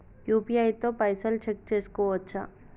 UPI తో పైసల్ check చేసుకోవచ్చా?